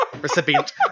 recipient